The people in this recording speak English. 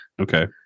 Okay